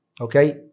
Okay